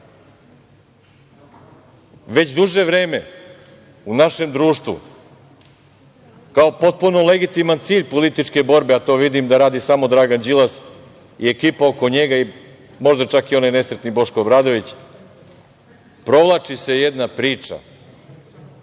duže vreme u našem društvu, kao potpuno legitiman cilj političke borbe, a to vidim da radi samo Dragan Đilas i ekipa oko njega i možda čak i onaj nesretni Boško Obradović, provlači se jedna priča